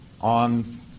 on